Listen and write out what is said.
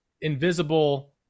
invisible